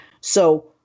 So-